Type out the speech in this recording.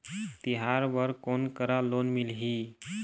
तिहार बर कोन करा लोन मिलही?